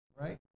Right